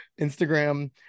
instagram